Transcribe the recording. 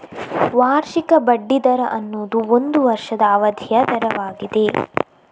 ವಾರ್ಷಿಕ ಬಡ್ಡಿ ದರ ಅನ್ನುದು ಒಂದು ವರ್ಷದ ಅವಧಿಯ ದರವಾಗಿದೆ